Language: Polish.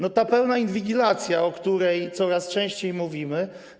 To jest pełna inwigilacja, o której coraz częściej mówimy.